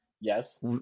Yes